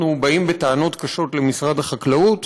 אנחנו באים בטענות קשות למשרד החקלאות,